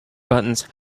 buttons